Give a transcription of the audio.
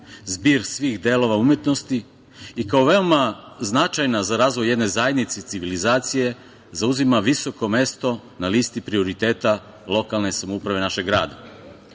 zbir svih delova umetnosti i kao veoma značajna za razvoj jedne zajednice i civilizacije zauzima visoko mesto na listi prioriteta lokalne samouprave našeg